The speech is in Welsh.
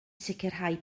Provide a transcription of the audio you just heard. sicrhau